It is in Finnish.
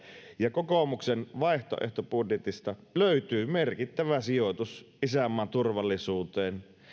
ja kokoomuksen vaihtoehtobudjetista löytyy merkittävä sijoitus isänmaan turvallisuuteen